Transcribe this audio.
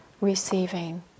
receiving